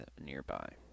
nearby